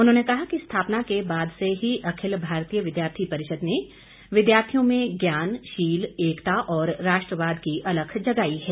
उन्होंने कहा कि स्थापना के बाद से ही अखिल भारतीय विद्यार्थी परिषद ने विद्यार्थियों में ज्ञान शील एकता और राष्ट्रवाद की अलख जगाई है